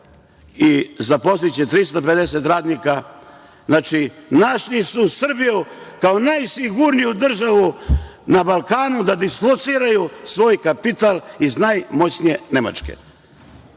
i zaposliće 350 radnika. Znači, našli su Srbiju kao najsigurniju državu na Balkanu da dislociraju svoj kapital iz najmoćnije Nemačke.